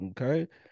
Okay